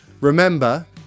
Remember